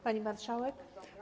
Pani Marszałek!